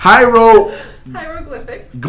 Hieroglyphics